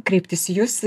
kreiptis į jus